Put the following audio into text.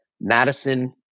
Madison